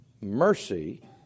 Mercy